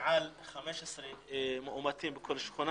אין תחום חיים אחד שאפשר להגיד שמתפקד באופן מצוין.